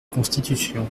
constitution